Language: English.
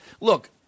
Look